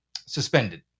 suspended